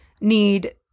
need